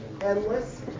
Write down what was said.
endless